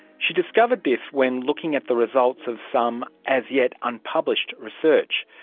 she discovered this when looking at the results of some as yet unpublished research.